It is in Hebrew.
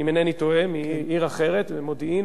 אם אינני טועה, מעיר אחרת, ממודיעין.